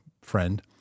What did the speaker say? friend